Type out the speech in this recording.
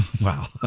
Wow